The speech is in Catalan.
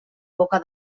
boca